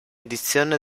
edizione